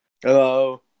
hello